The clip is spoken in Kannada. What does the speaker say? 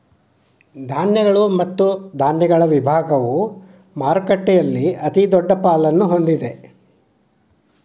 ಧಾನ್ಯಗಳು ಮತ್ತು ಧಾನ್ಯಗಳ ವಿಭಾಗವು ಮಾರುಕಟ್ಟೆಯಲ್ಲಿ ಅತಿದೊಡ್ಡ ಪಾಲನ್ನು ಹೊಂದಿದೆ